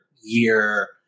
year